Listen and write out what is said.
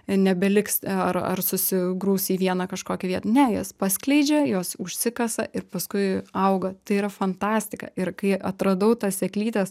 nebeliks ar ar susigrūs į vieną kažkokią vietą ne jas paskleidžia jos užsikasa ir paskui auga tai yra fantastika ir kai atradau tas sėklytes